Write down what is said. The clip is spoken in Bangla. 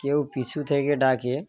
কেউ পিছু থেকে ডাকে